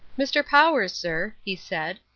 mr. powers, sir, he said,